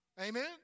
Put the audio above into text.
amen